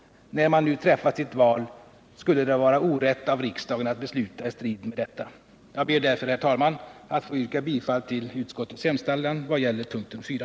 När man nu träffat sitt val skulle det vara orätt av riksdagen att besluta i strid med detta. Jag ber därför, herr talman, att få yrka bifall till utskottets hemställan i vad gäller punkten 4.